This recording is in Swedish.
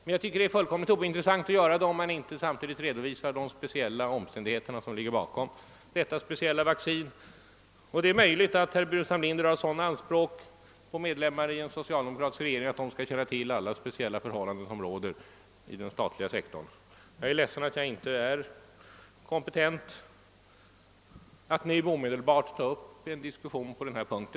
Men det är fullkomligt ointressant att göra en sådan jämförelse, om man inte samtidigt redovisar de speciella omständigheter som ligger bakom detta särskilda vaccin. Herr Burenstam Linder kanske dock har anspråk på medlemmar i en socialdemokratisk regering, att de skall känna till alla speciella förhållanden inom den statliga sektorn. Jag beklagar att jag inte är kompetent att nu omedelbart ta upp en diskussion på denna punkt.